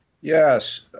Yes